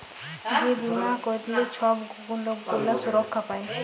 যে বীমা ক্যইরলে ছব লক গুলা সুরক্ষা পায়